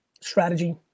strategy